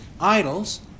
idols